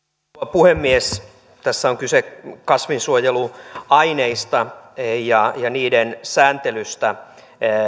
puhemies tässä on kyse kasvinsuojeluaineista ja ja niiden sääntelystä